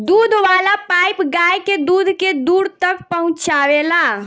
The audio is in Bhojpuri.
दूध वाला पाइप गाय के दूध के दूर तक पहुचावेला